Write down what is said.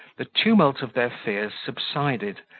the tumult of their fears subsided,